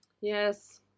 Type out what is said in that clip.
Yes